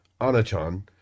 Anachan